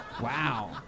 Wow